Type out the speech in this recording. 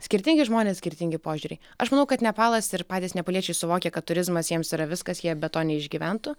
skirtingi žmonės skirtingi požiūriai aš manau kad nepalas ir patys nepaliečiai suvokė kad turizmas jiems yra viskas jie be to neišgyventų